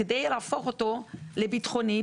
כדי להפוך אותו לביטחוני,